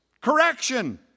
Correction